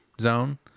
zone